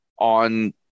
on –